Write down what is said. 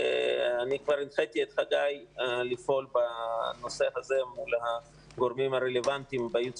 כבר הנחיתי את חגי לפעול בנושא הזה מול הגורמים הרלוונטיים בייעוץ